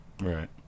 Right